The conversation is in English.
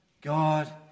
God